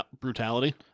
brutality